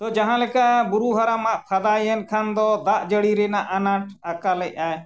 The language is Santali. ᱛᱚ ᱡᱟᱦᱟᱸᱞᱮᱠᱟ ᱵᱩᱨᱩ ᱦᱟᱨᱟᱢᱟ ᱢᱟᱜ ᱯᱷᱟᱫᱟᱭᱮᱱ ᱠᱷᱟᱱ ᱫᱚ ᱫᱟᱜ ᱡᱟᱹᱲᱤ ᱨᱮᱱᱟᱜ ᱟᱱᱟᱴ ᱟᱠᱟᱞᱮᱫᱟᱭ